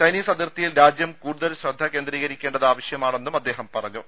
Chinese അതിർത്തിയിൽ രാജ്യം കൂടുതൽ ശ്രദ്ധ കേന്ദ്രീകരിക്കേണ്ടത് ആവശ്യമാണെന്നും അദ്ദേഹ പറഞ്ഞു